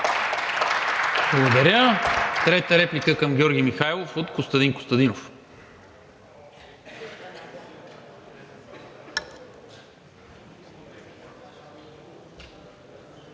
Благодаря. Трета реплика към Георги Михайлов от Костадин Костадинов.